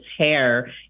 hair